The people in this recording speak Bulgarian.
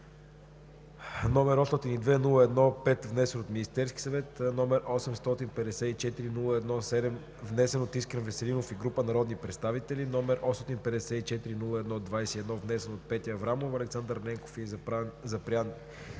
№ 802-01-5, внесен от Министерския съвет; № 854 01 7, внесен от Искрен Веселинов и група народни представители; № 854-01-21, внесен от Петя Аврамова, Александър Ненков и Запрян